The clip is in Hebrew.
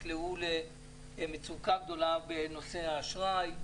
נקלעו למצוקה גדולה בנושא האשראי,